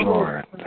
Lord